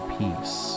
peace